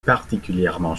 particulièrement